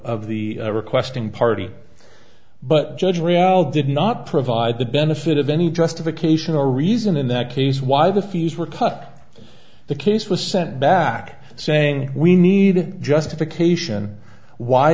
the requesting party but judge reale did not provide the benefit of any justification or reason in that case why the fees were cut the case was sent back saying we needed justification why